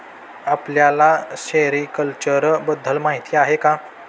आपल्याला सेरीकल्चर बद्दल माहीती आहे का?